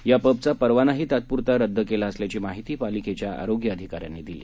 या पबचा परवानाही तात्पुरता रद्द केली असल्याची माहिती पालिकेच्या आरोग्य अधिकाऱ्यांनी दिली